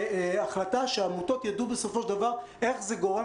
והחלטה שהעמותות ידעו בסופו של דבר איך זה גורם